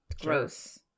gross